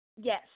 Yes